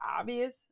obvious